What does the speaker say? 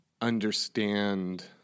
understand